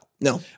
no